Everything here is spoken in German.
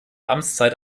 amtszeit